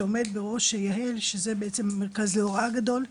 שעומד בראש היה"ל, שזה בעצם מרכז להוראה גדול.